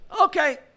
Okay